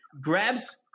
grabs